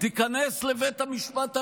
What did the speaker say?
תיכנס לבית המשפט העליון,